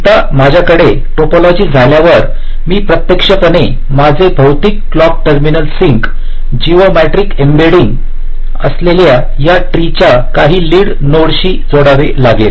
एकदा माझ्याकडे टोपोलॉजी झाल्यावर मी प्रत्यक्षपणे माझे भौतिक clock terminal sink geometric embedding असलेल्या या ट्री च्या काही लीड नोड शी जोडावे लागेल